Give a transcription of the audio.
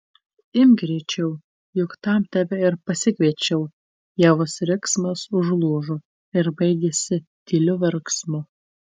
imk greičiau juk tam tave ir pasikviečiau ievos riksmas užlūžo ir baigėsi tyliu verksmu